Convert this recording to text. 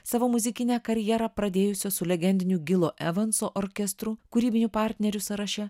savo muzikinę karjerą pradėjusio su legendiniu gilo evanso orkestru kūrybinių partnerių sąraše